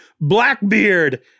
Blackbeard